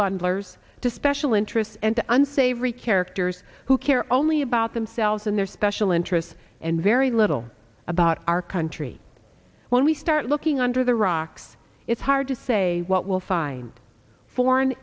bundlers to special interests and unsavory characters who care only about themselves and their special interest and very little about our country when we start looking under the rocks it's hard to say what we'll find foreign